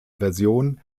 version